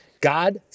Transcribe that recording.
God